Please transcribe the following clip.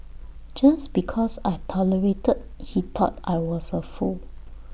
just because I tolerated he thought I was A fool